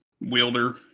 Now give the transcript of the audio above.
wielder